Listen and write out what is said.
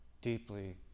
deeply